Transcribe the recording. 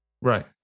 Right